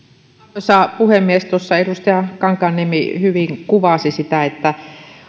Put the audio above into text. arvoisa puhemies tuossa edustaja kankaanniemi hyvin kuvasi sitä että